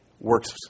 works